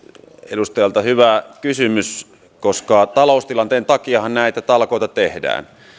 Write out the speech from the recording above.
edustajalta hyvä kysymys taloustilanteen takiahan näitä talkoita tehdään ja